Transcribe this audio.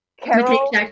Carol